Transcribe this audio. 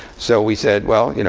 so we said, well, you know